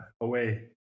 away